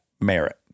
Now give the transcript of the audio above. merit